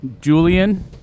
Julian